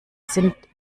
sind